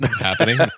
happening